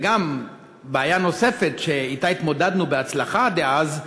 ובעיה נוספת שהתמודדנו אתה בהצלחה אז,